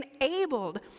enabled